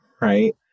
right